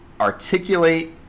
articulate